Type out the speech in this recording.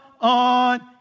on